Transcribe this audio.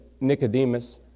Nicodemus